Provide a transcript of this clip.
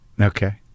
Okay